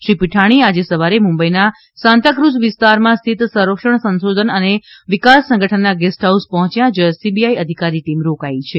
શ્રી પીઠાણી આજે સવારે મુંબઇના સાંતાકુઝ વિસ્તારમાં સ્થિત સંરક્ષણ સંશોધન અને વિકાસ સંગઠનના ગેસ્ટહાઉસ પહોંચ્યા જ્યાં સીબીઆઈ અધિકારી ટીમ રોકાઈ છે